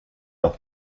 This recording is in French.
ans